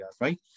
right